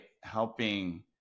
Helping